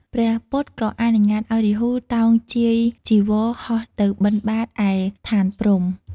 ព្រះពុទ្ធក៏អនុញ្ញាតឱ្យរាហូតោងជាយចីវរហោះទៅបិណ្ឌបាតឯឋានព្រហ្ម។